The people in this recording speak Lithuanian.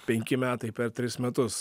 penki metai per tris metus